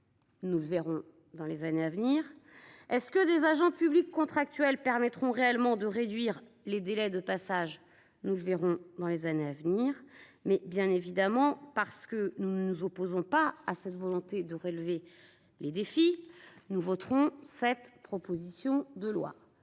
Nous le verrons dans les années à venir. L'emploi d'agents publics contractuels permettra-t-il réellement de réduire les délais de passage ? Nous le verrons dans les années à venir. Comme nous ne nous opposons pas à cette volonté de relever les défis, nous voterons cette proposition de loi.